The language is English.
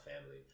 family